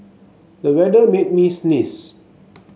the weather made me sneeze